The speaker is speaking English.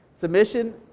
Submission